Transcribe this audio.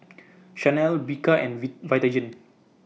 Chanel Bika and V Vitagen